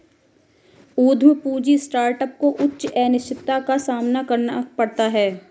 उद्यम पूंजी स्टार्टअप को उच्च अनिश्चितता का सामना करना पड़ता है